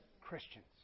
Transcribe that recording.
Christians